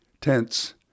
tents